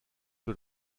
que